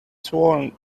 sworn